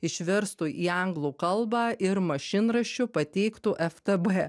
išverstų į anglų kalbą ir mašinraščiu pateiktų ftb